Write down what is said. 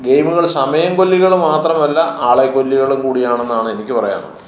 ഗെയിമുകൾ സമയം കൊല്ലികൾ മാത്രമല്ല ആളെല്ലികളും കൂടി ആണെന്നാണ് എനിക്ക് പറയാനുള്ളത്